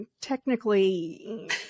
technically